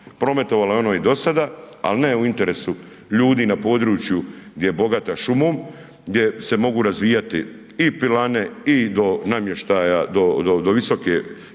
prometovalo je ono i do sada, al ne u interesu ljudi na području gdje je bogata šumom, gdje se mogu razvijati i pilane i do namještaja,